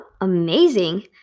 amazing